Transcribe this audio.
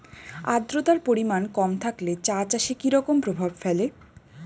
আদ্রতার পরিমাণ কম থাকলে চা চাষে কি রকম প্রভাব ফেলে?